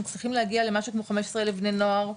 מצליחים להגיע למשהו כמו 15 אלף בני נוער,